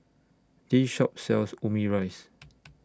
This Shop sells Omurice